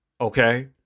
Okay